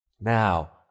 Now